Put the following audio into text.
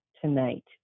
tonight